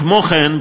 כמו כן,